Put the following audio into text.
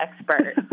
expert